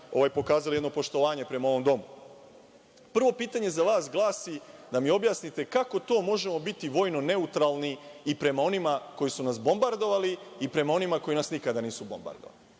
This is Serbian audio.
pokazali jedno poštovanje prema ovom domu. Prvo pitanje za vas glasi da mi objasnite kako to možemo biti vojno neutralni i prema onima koji su nas bombardovali i prema onima koji nas nikada nisu bombardovali?